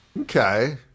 Okay